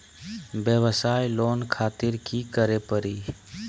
वयवसाय लोन खातिर की करे परी?